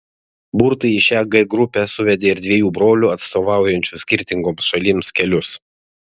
burtai į šią g grupę suvedė ir dviejų brolių atstovaujančių skirtingoms šalims kelius